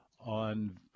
on